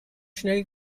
schnell